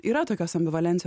yra tokios ambivalencijos